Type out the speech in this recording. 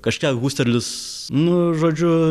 kažkiek huserlis nu žodžiu